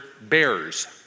BEARS